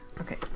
Okay